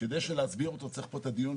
שכדי להסביר אותו צריך את הדיון,